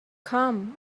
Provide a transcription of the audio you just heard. come